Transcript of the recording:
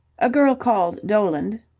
a girl called doland.